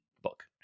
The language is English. book